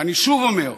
ואני שוב אומר: